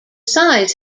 size